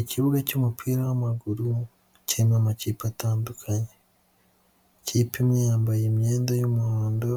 Ikibuga cy'umupira w'amaguru kirimo amakipe atandukanye. Ikipe imwe yambaye imyenda y'umuhondo